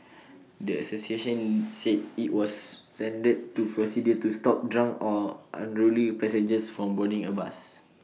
the associations said IT was standard procedure to stop drunk or unruly passengers from boarding A bus